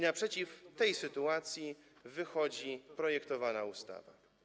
Naprzeciw tej sytuacji wychodzi projektowana ustawa.